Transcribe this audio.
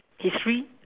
history